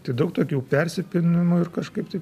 tai daug tokių persipinu ir kažkaip taip